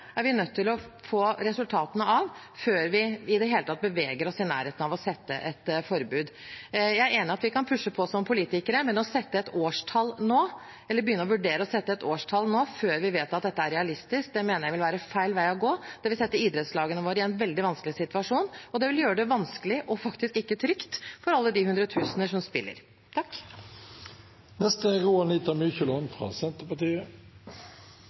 er vi nødt til å få resultatene av før vi i det hele tatt beveger oss i nærheten av å sette et forbud. Jeg er enig i at vi kan pushe på som politikere, men å sette et årstall nå eller å begynne å vurdere å sette et årstall nå før vi vet at dette er realistisk, mener jeg vil være feil vei å gå. Det vil sette idrettslagene våre i en veldig vanskelig situasjon, og det vil gjøre det vanskelig – og faktisk ikke trygt – for alle de hundretusener som spiller.